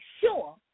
sure